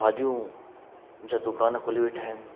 भाॼियूं जा दुकान खोले वेठा आहिनि